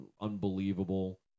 unbelievable